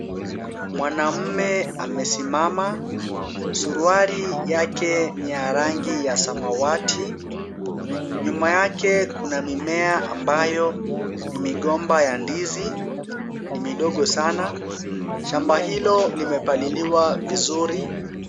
Mwanamume amesimama. Suruali yake ni ya rangi ya samawati. Nyuma yake kuna mimea ambayo ni migomba ya ndizi, ni midogo sana. Shamba hilo limepaliliwa vizuri.